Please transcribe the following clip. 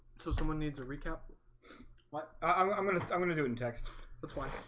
so someone needs a recount what i'm gonna i'm gonna do in text. that's why